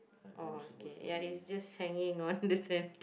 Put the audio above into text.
oh okay ya it's just hanging on the